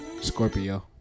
Scorpio